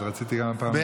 אז רציתי גם הפעם,